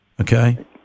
Okay